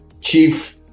chief